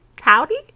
howdy